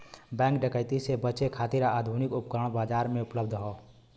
bank डकैती से बचे खातिर आधुनिक उपकरण बाजार में उपलब्ध हौ